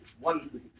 one